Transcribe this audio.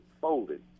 folded